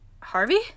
Harvey